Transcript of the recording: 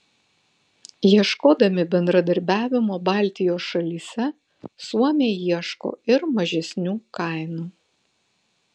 ieškodami bendradarbiavimo baltijos šalyse suomiai ieško ir mažesnių kainų